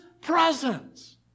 presence